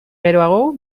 geroago